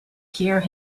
hear